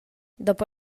dopo